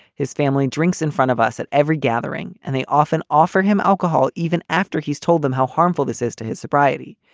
his family drinks in front of us at every gathering, and they often offer him alcohol, even after he's told them how harmful this is to his sobriety.